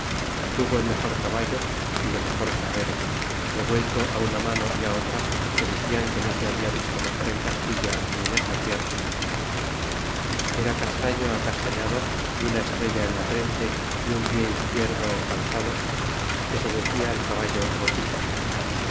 tuvo el mejor caballo y de mejor carrera revuelto una mano y á otra que decian que no se habia visto mejor en castilla ni en esta tierra era castaño acastafiado y una estrella en la frente y un pie izquierdo calzado que se decia el caballo motilla